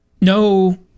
No